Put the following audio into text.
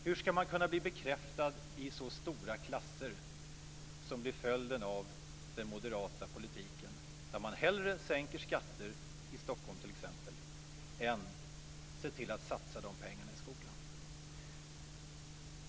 Hur ska barnen bli bekräftade i så stora klasser som blir följden av den moderata politiken, där man hellre sänker skatter i t.ex. Stockholm än satsar pengarna i skolan?